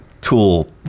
tool